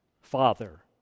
Father